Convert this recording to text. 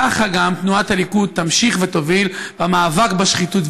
ככה גם תנועת הליכוד תמשיך ותוביל במאבק בשחיתות.